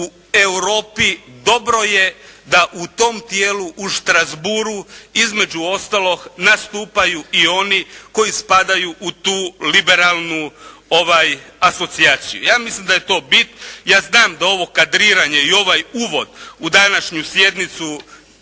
u Europi dobro je da u tom tijelu u Strasbourghu između ostalog nastupaju i oni koji spadaju u tu liberalnu asocijaciju. Ja mislim da je to bit. Ja znam da ovo kadriranje i ovaj uvod u današnju sjednicu